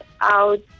out